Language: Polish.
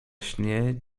śnie